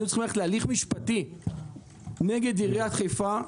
ללכת להליך משפטי נגד עיריית חיפה.